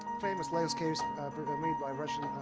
famous landscapes further made by russian